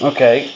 Okay